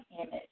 image